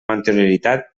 anterioritat